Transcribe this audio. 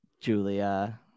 Julia